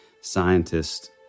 scientists